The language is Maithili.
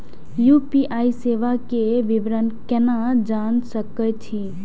यू.पी.आई सेवा के विवरण केना जान सके छी?